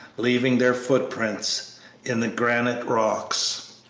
leaving their footprints in the granite rocks.